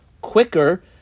quicker